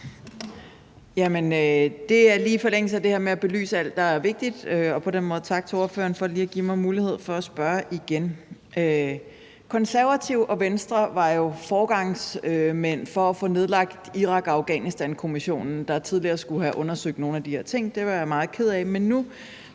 det her med at belyse alt, der er vigtigt, og på den måde tak til ordføreren for lige at give mig mulighed for at spørge igen. Konservative og Venstre var jo foregangsmænd for at få nedlagt Irak- og Afghanistankommissionen, der tidligere skulle have undersøgt nogle af de her ting. Det var jeg meget ked af.